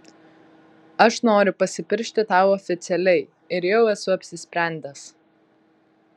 aš noriu pasipiršti tau oficialiai ir jau esu apsisprendęs